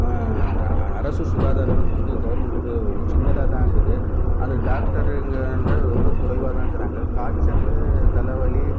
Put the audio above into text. அரசு சுகாதாரம் வந்து கவர்ன்மெண்ட்டுது ஒரு சின்னதாகதான் இருக்குது அது டாக்டருங்க வந்து ரொம்ப குறைவாகதான் இருக்குறாங்க காய்ச்சலு தலைவலி